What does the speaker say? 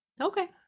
okay